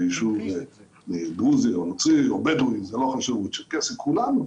ביישוב דרוזי או נוצרי או בדואי או צ'רקסי כולנו